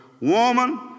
Woman